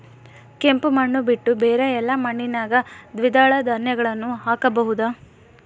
ಕೆಂಪು ಮಣ್ಣು ಬಿಟ್ಟು ಬೇರೆ ಎಲ್ಲಾ ಮಣ್ಣಿನಾಗ ದ್ವಿದಳ ಧಾನ್ಯಗಳನ್ನ ಹಾಕಬಹುದಾ?